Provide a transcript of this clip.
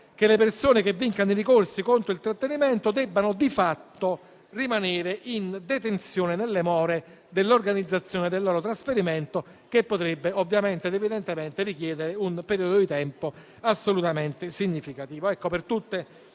che le persone che vincono i ricorsi contro il trattenimento debbano, di fatto, rimanere in detenzione nelle more dell'organizzazione del loro trasferimento, che potrebbe, evidentemente, richiedere un periodo di tempo assolutamente significativo.